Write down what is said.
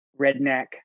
redneck